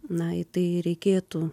na į tai reikėtų